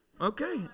Okay